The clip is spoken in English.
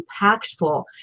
impactful